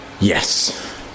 yes